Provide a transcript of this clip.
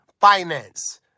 finance